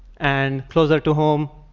and, closer to home,